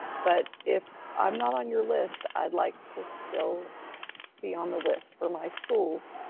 but if i'm not on your list, i'd like to still be on the list for my schools.